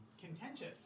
contentious